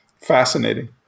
Fascinating